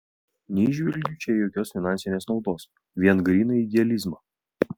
neįžvelgiu čia jokios finansinės naudos vien gryną idealizmą